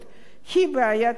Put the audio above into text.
היא בעיית הדיור.